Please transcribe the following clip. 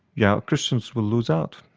yeah christians will lose out.